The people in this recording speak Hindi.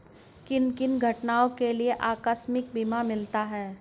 किन किन घटनाओं के लिए आकस्मिक बीमा मिलता है?